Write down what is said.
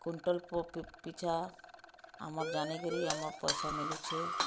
quintal ପିଛା ଆମର୍ ଜାଣି କରି ଆମର୍ ପଇସା ମିଳୁଛେ